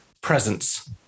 presence